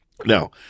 Now